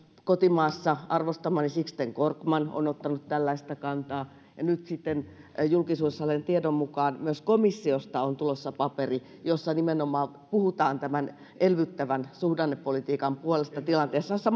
kotimaassa arvostamani sixten korkman on ottanut tällaista kantaa ja nyt sitten julkisuudessa olleen tiedon mukaan myös komissiosta on tulossa paperi jossa puhutaan nimenomaan tämän elvyttävän suhdannepolitiikan puolesta tilanteessa jossa